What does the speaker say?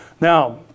Now